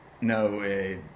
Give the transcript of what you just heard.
no